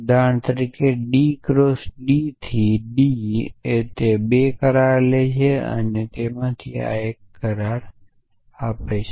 ઉદાહરણ તરીકે D cross D થી ડી તે 2 કરાર લે છે અને તે એક કરાર આપે છે